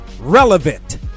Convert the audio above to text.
Relevant